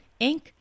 Inc